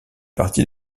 partie